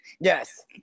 Yes